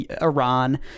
iran